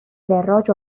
وراج